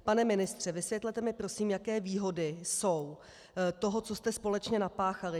Pane ministře, vysvětlete mi prosím, jaké výhody jsou toho, co jste společně napáchali.